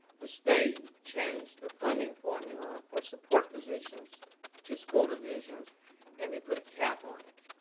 the state changed the funding formula for support positions to school divisions and they put a cap on it